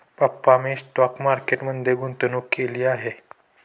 पप्पा मी stock market मध्ये गुंतवणूक केली आहे